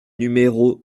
numéro